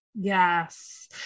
Yes